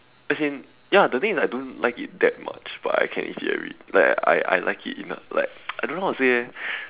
as in ya the thing is I don't like it that much but I can eat it every like I I like it enough like I don't know how to say eh